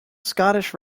scottish